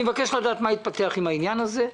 אני מבקש לדעת מה התפתח עם העניין הזה.